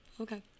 Okay